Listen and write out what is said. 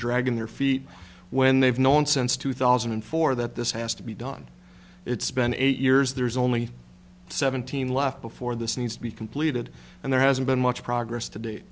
dragging their feet when they've known since two thousand and four that this has to be done it's been eight years there's only seventeen left before this needs to be completed and there hasn't been much progress to date